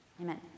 Amen